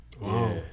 Wow